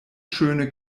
schöne